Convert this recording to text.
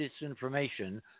disinformation